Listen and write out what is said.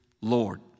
Lord